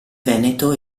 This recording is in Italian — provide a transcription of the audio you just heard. veneto